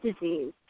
disease